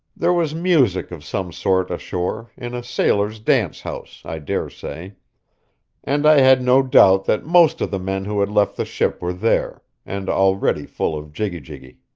there was music of some sort ashore, in a sailors' dance-house, i dare say and i had no doubt that most of the men who had left the ship were there, and already full of jiggy-jiggy.